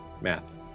math